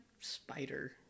spider